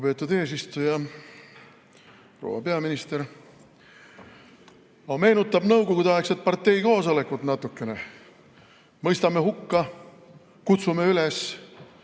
Lugupeetud eesistuja! Proua peaminister! Meenutab nõukogudeaegset parteikoosolekut natukene: mõistame hukka, kutsume üles,